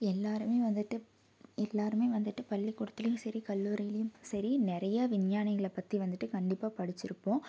எல்லாேருமே வந்துட்டு எல்லாேருமே வந்துட்டு பள்ளிக்கூடத்துலேயும் சரி கல்லூரிலேயும் சரி நிறையா விஞ்ஞானிகளை பற்றி வந்துட்டு கண்டிப்பாக படிச்சுருப்போம்